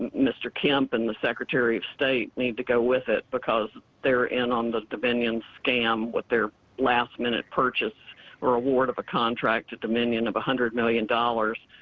mr. kemp and the secretary of state need to go with it, because they're in on the dominion scam with their last-minute purchase or award of a contract to dominion of one hundred million dollars.